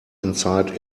inside